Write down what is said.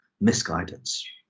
misguidance